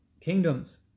kingdoms